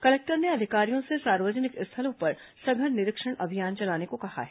collector ने अधिकारियों से सार्वजनिक स्थलों पर सघन निरीक्षण अभियान चलाने को कहा है